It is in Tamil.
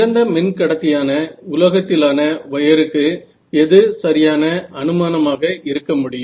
சிறந்த மின்கடத்தியான உலோகத்திலான வயருக்கு எது சரியான அனுமானமாக இருக்க முடியும்